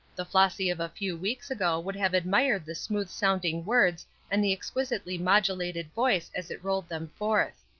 the flossy of a few weeks ago would have admired the smooth-sounding words and the exquisitely modulated voice as it rolled them forth.